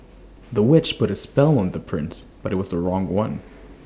the witch put A spell on the prince but IT was the wrong one